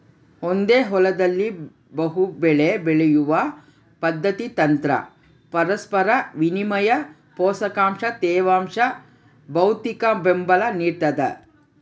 ಒಂದೇ ಹೊಲದಲ್ಲಿ ಬಹುಬೆಳೆ ಬೆಳೆಯುವ ಪದ್ಧತಿ ತಂತ್ರ ಪರಸ್ಪರ ವಿನಿಮಯ ಪೋಷಕಾಂಶ ತೇವಾಂಶ ಭೌತಿಕಬೆಂಬಲ ನಿಡ್ತದ